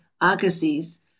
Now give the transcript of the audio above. Agassiz